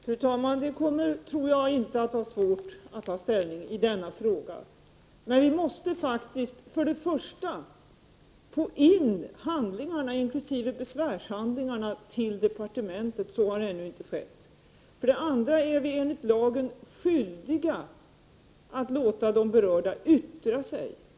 Fru talman! Jag tror inte att det kommer att vara svårt att ta ställning i denna fråga, men vi måste för det första få in handlingarna inkl. besvärshandlingarna till departementet, vilket ännu inte har skett. För det andra är vi enligt lagen skyldiga att låta de berörda yttra sig.